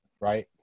right